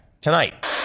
tonight